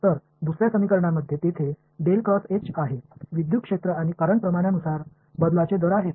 तर दुसर्या समीकरणामध्ये तेथे आहे विद्युत् क्षेत्र आणि करंट प्रमाणानुसार बदलाचे दर आहेत